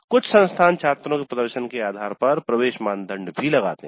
कुछ संस्थान छात्रों के प्रदर्शन के आधार पर प्रवेश मानदंड भी लगाते हैं